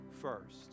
first